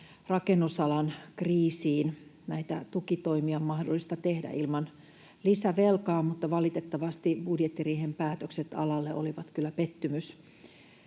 rakennusalan kriisiin. Näitä tukitoimia on mahdollista tehdä ilman lisävelkaa, mutta valitettavasti budjettiriihen päätökset alalle olivat kyllä pettymys.